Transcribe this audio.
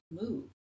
move